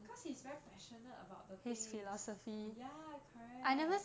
cause he's very passionate about the things ya correct